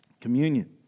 communion